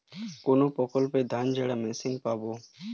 কোনপ্রকল্পে ধানঝাড়া মেশিন পাব?